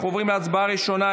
אנחנו עוברים להצבעה ראשונה,